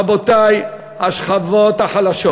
רבותי, השכבות החלשות